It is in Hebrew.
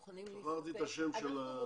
שכחתי את השם של החוק.